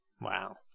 wow